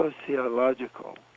sociological